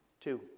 Two